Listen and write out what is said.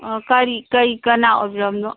ꯑꯪ ꯀꯔꯤ ꯀꯔꯤ ꯀꯅꯥ ꯑꯣꯏꯕꯤꯔꯕꯅꯣ